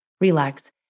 relax